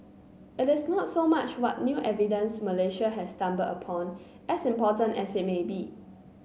it is not so much what new evidence Malaysia has stumbled upon as important as it may be